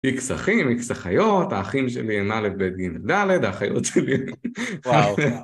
איקס אחים, איקס אחיות, האחים שלי אינה לבית ג'ד, האחיות שלי....